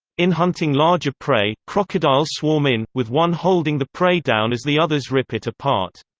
in hunting larger prey, crocodiles swarm in, with one holding the prey down as the others rip it apart.